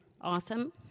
Awesome